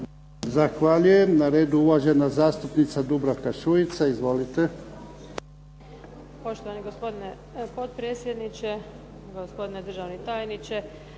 Zahvaljujem. Na redu je uvažena zastupnica Dubravka Šuica. Izvolite.